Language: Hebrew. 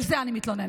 על זה אני מתלוננת.